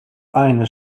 eine